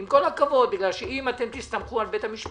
עם כל הכבוד, בגלל שאם אתם תסתמכו על בית המשפט,